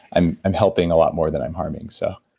i'm i'm helping a lot more than i'm harming, so.